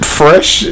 fresh